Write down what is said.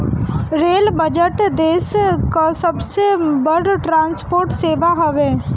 rail budget देस कअ सबसे बड़ ट्रांसपोर्ट सेवा हवे